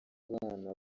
abana